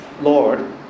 Lord